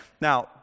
Now